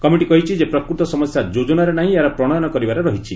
committee କହିଛି ଯେ ପ୍ରକୃତ ସମସ୍ୟା ଯୋଜନାରେ ନାହିଁ ଏହାର ପ୍ରଶୟନ କରିବାରେ ରହିଛି